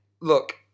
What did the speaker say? Look